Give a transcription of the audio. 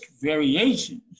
variations